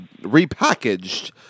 repackaged